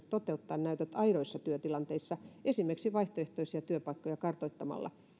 toteuttaa näytöt aidoissa työtilanteissa esimerkiksi vaihtoehtoisia työpaikkoja kartoittamalla